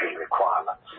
requirements